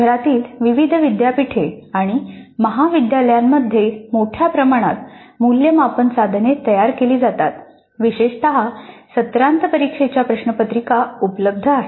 देशभरातील विविध विद्यापीठे आणि महाविद्यालयांमध्ये मोठ्या प्रमाणात मूल्यमापन साधने तयार केली जातात विशेषत सत्रांत परीक्षेच्या प्रश्नपत्रिका उपलब्ध आहेत